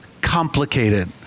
complicated